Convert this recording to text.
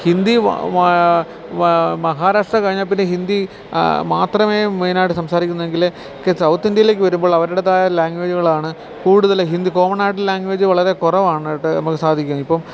ഹിന്ദി മഹാരാഷ്ട്ര കഴിഞ്ഞാല്പ്പിന്നെ ഹിന്ദി മാത്രമേ മെയിനായിട്ട് സംസാരിക്കുന്നതെങ്കില് സൌത്ത് ഇന്ത്യയിലേക്ക് വരുമ്പോള് അവരുടേതായ ലാങ്ങുവെജുകളാണ് കൂടുതല് കോമ്മൺ ആയിട്ടുള്ള ലാങ്ങ്വേജ് വളരെ കുറവാണ് കേട്ടോ നമുക്ക് സാധിക്കുന്നത് ഇപ്പം